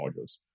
modules